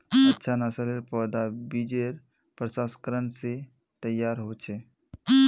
अच्छा नासलेर पौधा बिजेर प्रशंस्करण से तैयार होचे